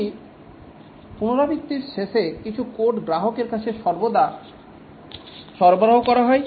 একটি পুনরাবৃত্তির শেষে কিছু কোড গ্রাহকের কাছে সর্বদা সরবরাহ করা হয়